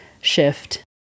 shift